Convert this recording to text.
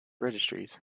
registries